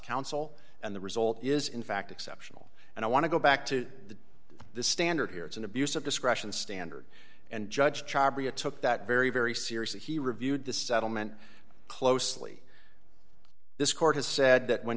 counsel and the result is in fact exceptional and i want to go back to the the standard here it's an abuse of discretion standard and judge char be a took that very very seriously he reviewed the settlement closely this court has said that when